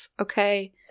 Okay